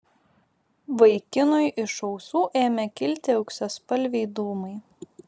vaikinui iš ausų ėmė kilti auksaspalviai dūmai